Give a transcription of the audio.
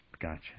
gotcha